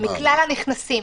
מכלל הנכנסים,